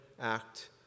act